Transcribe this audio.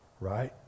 right